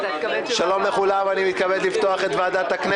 שלום לכולם, אני מתכבד לפתוח את הדיון.